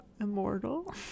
immortal